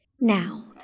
Now